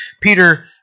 Peter